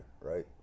right